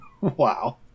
Wow